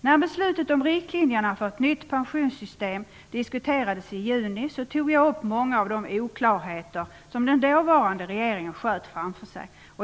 När beslutet om riktlinjerna för ett nytt pensionssystem diskuterades i juni tog jag upp många av de oklarheter som den dåvarande regeringen sköt framför sig.